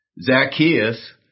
Zacchaeus